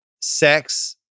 sex